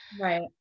right